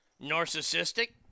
narcissistic